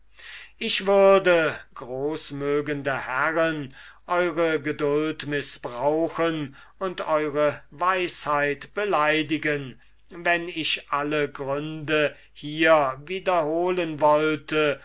ich würde großmögende herren eure geduld mißbrauchen und eure weisheit beleidigen wenn ich alle gründe hier wiederholen wollte